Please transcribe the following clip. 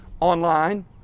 Online